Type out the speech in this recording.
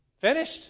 Finished